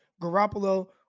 Garoppolo